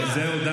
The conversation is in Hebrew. זהו,